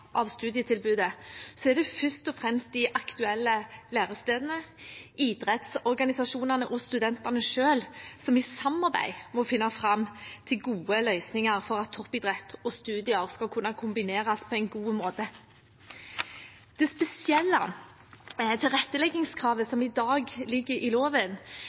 av studietilbudet, er det først og fremst de aktuelle lærestedene, idrettsorganisasjonene og studentene selv som i samarbeid må finne fram til gode løsninger for at toppidrett og studier skal kunne kombineres på en god måte. Det spesielle tilretteleggingskravet som i dag ligger i loven,